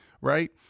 Right